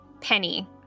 Penny